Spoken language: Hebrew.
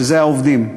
שזה העובדים,